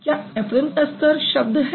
क्या ऐप्रन का स्तर शब्द है